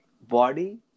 body